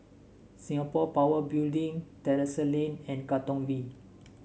Singapore Power Building Terrasse Lane and Katong V